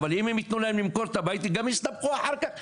אבל אם ייתנו להם למכור את הבית הם גם יסתבכו אחר כך,